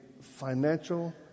financial